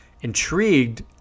intrigued